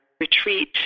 retreat